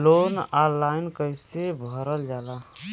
Loan online कइसे भरल जाला?